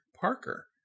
Parker